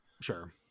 Sure